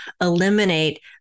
eliminate